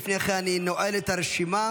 לפני כן אני נועל את הרשימה,